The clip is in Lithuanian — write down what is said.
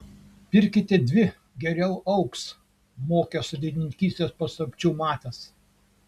pirkite dvi geriau augs mokė sodininkystės paslapčių matas